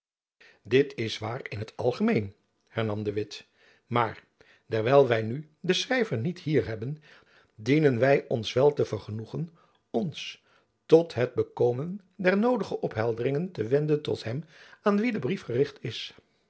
dit is waar in t algemeen hernam de witt maar dewijl wy nu den schrijver niet hier hebben dienen wy ons wel te vergenoegen ons tot het bekomen der noodige ophelderingen te wenden tot hem aan wien de brief gericht is